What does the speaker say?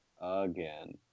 Again